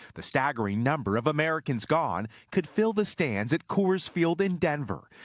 the staggering number of americans gone could fill the stands at coors field in denver.